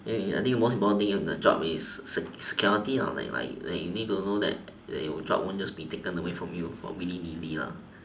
ya I think most important thing in a job is sec~ security like like like you need to know that that your job won't just be taken away from you for willy nilly ah